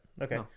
Okay